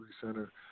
center